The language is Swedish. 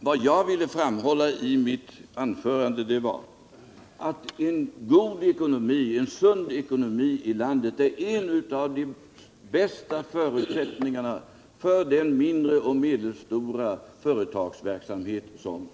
Vad jag ville framhålla i mitt anförande var att en god och sund ekonomi i landet är en av de bästa förutsättningarna för den mindre och medelstora företagsverksamheten.